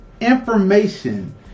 information